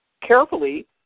carefully